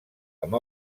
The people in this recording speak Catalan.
amb